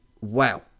wow